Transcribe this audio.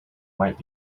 might